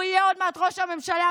הוא יהיה עוד מעט ראש הממשלה,